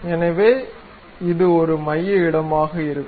எனவே இது ஒரு மைய இடமாக இருக்கும்